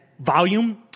volume